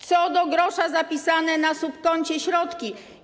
Co do grosza zapisane na subkoncie środki.